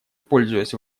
пользуясь